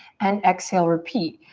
and exhale, repeat.